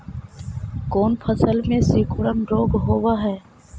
कोन फ़सल में सिकुड़न रोग होब है?